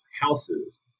houses